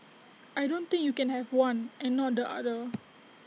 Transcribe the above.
I don't think you can have one and not the other